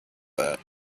that